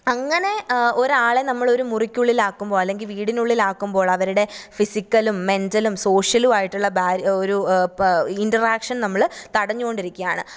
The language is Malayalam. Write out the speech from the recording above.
അങ്ങനെ ഒരാളെ നമ്മൾ ഒരു മുറിക്കുള്ളിൽ ആക്കുമ്പോള് അല്ലെങ്കില് വീടിനുള്ളിൽ ആക്കുമ്പോള് അവരുടെ ഫിസിക്കലും മെന്റലും സോഷ്യലുമായിട്ടുള്ള ഒരു ഇന്ററാക്ഷന് നമ്മൾ തടഞ്ഞു കൊണ്ടിരിക്കുകയാണ്